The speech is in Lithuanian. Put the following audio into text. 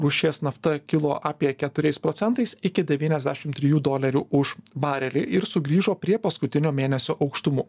rūšies nafta kilo apie keturiais procentais iki devyniasdešim trijų dolerių už barelį ir sugrįžo prie paskutinio mėnesio aukštumų